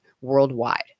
worldwide